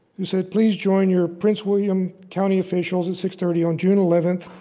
who said please join your prince william county officials at six thirty on june eleven